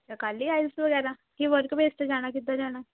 ਅ ਕਰ ਲਈ ਆਈਲੈਸ ਵਗੈਰਾ ਕਿ ਵਰਕ ਬੇਸ 'ਤੇ ਜਾਣਾ ਕਿੱਦਾਂ ਜਾਣਾ